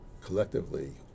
collectively